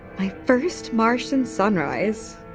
my first martian sunrise.